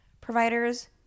providers